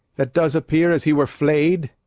that does appear as he were flay'd?